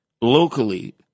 locally